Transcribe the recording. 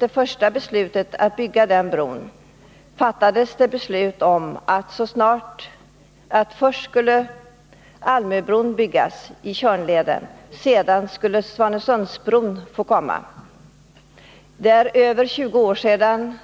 Det första beslutet att bygga bron överklagades. Sedan fattades det beslut om att först skulle Almöbron byggas i Tjörnleden, och sedan skulle Svanesundsbron komma. Tjörnbron blev klar för över 20 år sedan.